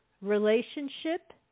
relationship